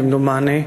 כמדומני,